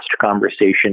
conversation